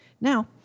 Now